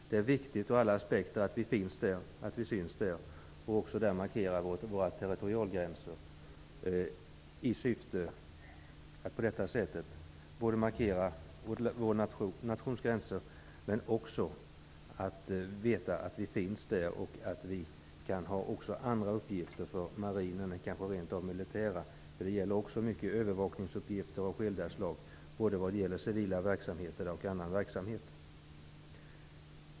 Ur alla aspekter är det viktigt att vi syns och att vi finns där för att också markera våra territorialgränser och nationsgränser. Det kan också finnas andra rent av militära uppgifter för marinen, många övervakningsuppgifter av skilda slag både för civil och för annan verksamhet.